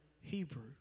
Hebrew